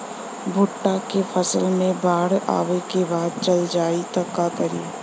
भुट्टा के फसल मे बाढ़ आवा के बाद चल जाई त का करी?